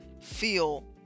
feel